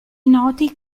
noti